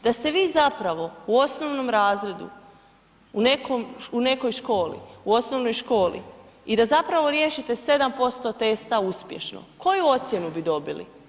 Da ste vi zapravo u osnovnom razredu u nekoj školi, u osnovnoj školi i da zapravo riješite 7% testa uspješno, koju ocjenu bi dobili?